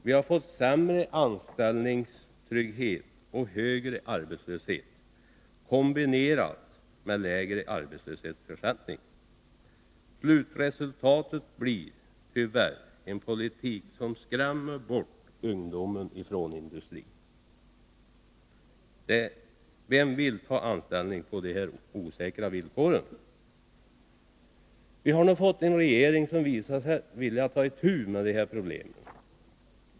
Vi har fått sämre anställningstrygghet och högre arbetslöshet, kombinerat med lägre arbetslöshetsersättning. Slutresultatet blir tyvärr en politik som skrämmer bort ungdomen från industrin. Vem vill ta anställning på dessa osäkra villkor? Vi har nu fått en regering som visat sig vilja ta itu med detta stora problem.